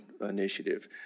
Initiative